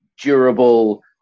durable